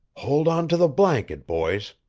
hold on to the blanket, boys.